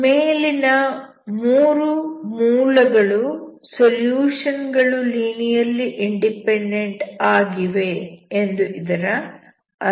ಮೇಲಿನ 3 ಮೂಲಗಳು ಸೊಲ್ಯೂಷನ್ ಗಳು ಲೀನಿಯರ್ಲಿ ಇಂಡಿಪೆಂಡೆಂಟ್ ಆಗಿವೆ ಎಂದು ಇದರ ಅರ್ಥ